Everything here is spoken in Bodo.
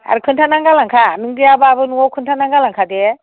आरो खोन्थानानै गालांखा नों गैयाबाबो न'आव खिन्थानानै गालांखा दे